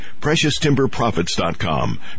PreciousTimberProfits.com